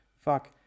fuck